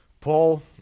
Paul